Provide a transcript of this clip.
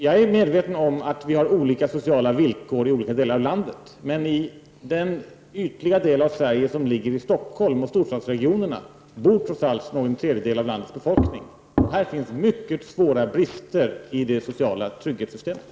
Jag är medveten om att vi har olika sociala villkor i olika delar av landet. Men i den ytliga del av Sverige som ligger i Stockholm och övriga storstadsregioner bor trots allt någon tredjedel av landets befolkning. Och här finns mycket svåra brister i det sociala trygghetssystemet.